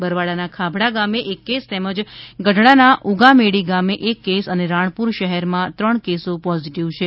બરવાળાના ખાભડા ગામે એક કેસ તેમજ ગઢડાના ઉગામેડી ગામે એક કેસ અને રાણપુર શહેરમાં ત્રણ કેસો પોઝીટીવ છે